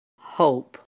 hope